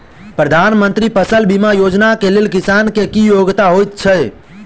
प्रधानमंत्री फसल बीमा योजना केँ लेल किसान केँ की योग्यता होइत छै?